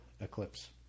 eclipse